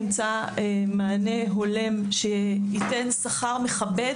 אני מקווה שנמצא מענה הולם שייתן שכר מכבד